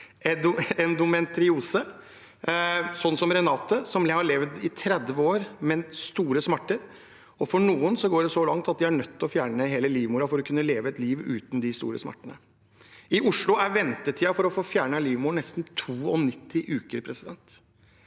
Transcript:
endometriose, som Renate, som har levd i 30 år med store smerter. For noen går det så langt at de er nødt til å fjerne hele livmoren for å kunne leve et liv uten de store smertene. I Oslo er ventetiden for å få fjernet livmoren nesten 92 uker, mens